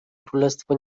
królestwo